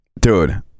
Dude